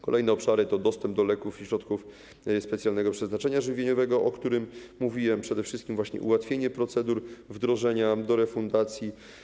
Kolejne obszary to dostęp do leków i środków specjalnego przeznaczenia żywieniowego, o którym mówiłem, a przede wszystkim ułatwienie procedur wdrożenia do refundacji.